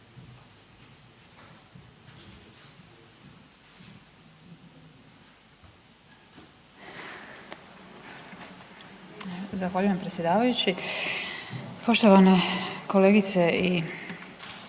Zahvaljujem predsjedavajući. Poštovani ministre,